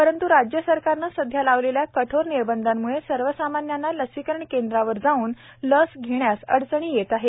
परंत् राज्य सरकारने सध्या लावलेल्या कठोर निर्बंधांमुळे सर्वसामान्यांना लसीकरण केंद्रावर जाऊन लस घेण्यास अडचणी येत आहेत